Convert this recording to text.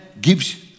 gives